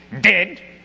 dead